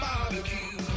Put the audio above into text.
Barbecue